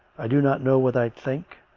i do not know what i think,